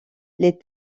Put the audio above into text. les